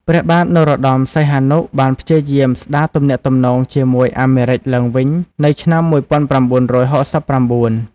ព្រះបាទនរោត្តម សីហនុ បានព្យាយាមស្តារទំនាក់ទំនងជាមួយអាមេរិកឡើងវិញនៅឆ្នាំ ១៩៦៩។